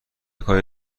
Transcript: کاری